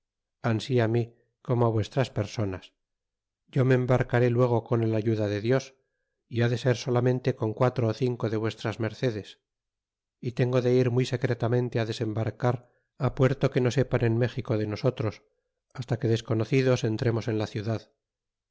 gomora y no á os mios que crónica de la nueva palo cap iv de ser solamente con quatro ó cinco de vuestras mercedes y tengo de ir muy secretamente desembarcar puerto que no sepan en méxico de nosotros hasta que desconocidos entremos en la ciudad